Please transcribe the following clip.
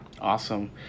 awesome